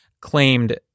claimed